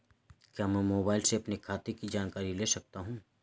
क्या मैं मोबाइल से अपने खाते की जानकारी ले सकता हूँ?